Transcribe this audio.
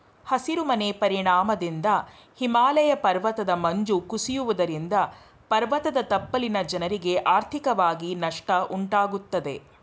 ಹಸಿರು ಮನೆ ಪರಿಣಾಮದಿಂದ ಹಿಮಾಲಯ ಪರ್ವತದ ಮಂಜು ಕುಸಿಯುವುದರಿಂದ ಪರ್ವತದ ತಪ್ಪಲಿನ ಜನರಿಗೆ ಆರ್ಥಿಕವಾಗಿ ನಷ್ಟ ಉಂಟಾಗುತ್ತದೆ